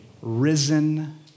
risen